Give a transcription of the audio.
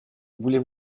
voulez